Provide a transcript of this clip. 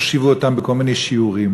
הושיבו אותם בכל מיני שיעורים,